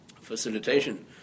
facilitation